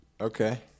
Okay